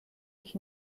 ich